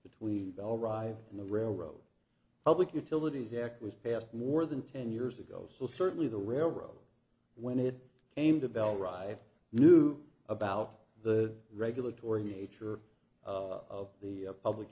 between bell rive and the railroad public utilities act was passed more than ten years ago so certainly the railroad when it came to bell rive knew about the regulatory nature of the public